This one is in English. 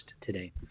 today